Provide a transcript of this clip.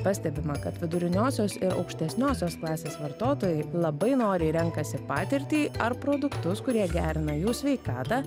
pastebima kad viduriniosios ir aukštesniosios klasės vartotojai labai noriai renkasi patirtį ar produktus kurie gerina jų sveikatą